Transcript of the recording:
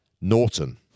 Norton